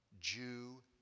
Jew